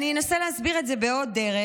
אני אנסה להסביר את זה בעוד דרך.